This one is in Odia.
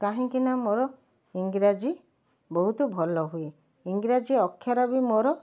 କାହିଁକିନା ମୋର ଇଂରାଜୀ ବହୁତ ଭଲ ହୁଏ ଇଂରାଜୀ ଅକ୍ଷର ବି ମୋର